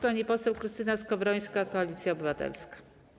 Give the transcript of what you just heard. Pani poseł Krystyna Skowrońska, Koalicja Obywatelska.